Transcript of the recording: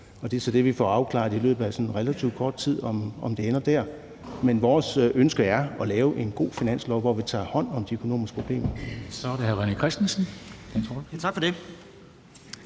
Det er så det, vi får afklaret i løbet af relativt kort tid, altså om det ender der. Men vores ønske er at lave en god finanslov, hvor vi tager hånd om de økonomiske problemer. Kl. 09:06 Formanden (Henrik Dam Kristensen): Så er det